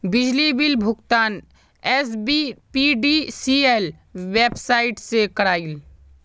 बिजली बिल भुगतान SBPDCL website से क्रॉइल